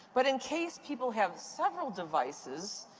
but in case people have several devices,